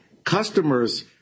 Customers